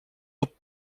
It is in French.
aux